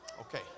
Okay